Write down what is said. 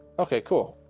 okay cool